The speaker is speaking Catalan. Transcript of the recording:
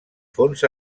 fons